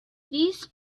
these